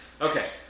Okay